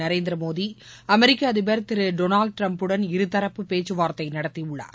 நரேந்திர மோடி அமெரிக்க அதிபர் திரு டொனால்ட் ட்ரம்புடன் இருதரப்பு பேச்சுவார்த்தை நடத்தியுள்ளார்